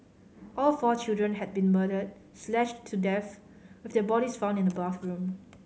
all four children had been murdered slashed to death with their bodies found in the bathroom